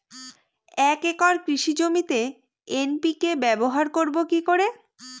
এক একর কৃষি জমিতে এন.পি.কে ব্যবহার করব কি করে?